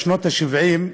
בשנות ה-70,